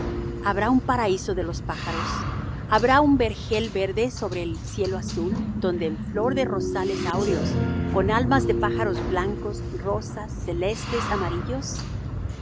habrá un paraíso de los pájaros habrá un vergel verde sobre el cielo azul todo en flor de rosales áureos con almas de pájaros blancos rosas celestes amarillos